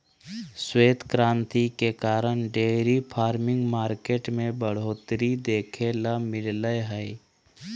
श्वेत क्रांति के कारण डेयरी फार्मिंग मार्केट में बढ़ोतरी देखे ल मिललय हय